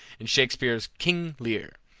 in shakspeare's king lear.